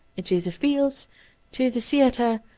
into the fields, to the theatre,